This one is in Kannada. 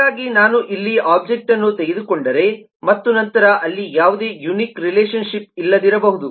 ಹಾಗಾಗಿ ನಾನು ಇಲ್ಲಿ ಒಬ್ಜೆಕ್ಟ್ಅನ್ನು ತೆಗೆದುಕೊಂಡರೆ ಮತ್ತು ನಂತರ ಅಲ್ಲಿ ಯಾವುದೇ ಯುನಿಕ್ ರಿಲೇಶನ್ಶಿಪ್ ಇಲ್ಲದಿರಬಹುದು